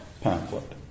pamphlet